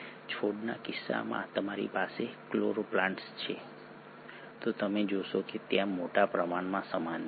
છોડના કિસ્સામાં તમારી પાસે ક્લોરોપ્લાસ્ટ છે તો તમે જોશો કે ત્યાં મોટા પ્રમાણમાં સમાનતા છે